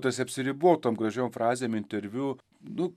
tas apsiribot tom gražiom frazėm interviu nu